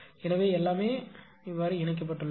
எனவே எல்லாமே அது இணைக்கப்பட்டது